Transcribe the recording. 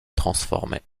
transformer